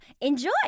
enjoy